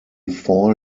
four